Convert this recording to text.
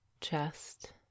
chest